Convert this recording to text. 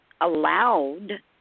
allowed